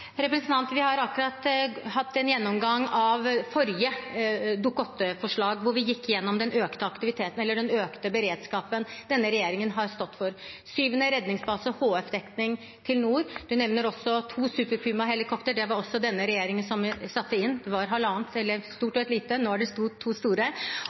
utvalget. Vi har akkurat hatt en gjennomgang av forrige Dokument 8-forslag, hvor vi gikk gjennom den økte beredskapen denne regjeringen har stått for – syvende redningsbase og HF-dekning til nord. Det blir også nevnt to Super Puma-helikoptre, de var det også denne regjeringen som satte inn. Det var et stort og et lite, men nå er det to store.